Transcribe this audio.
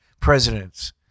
presidents